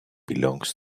belongs